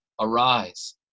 arise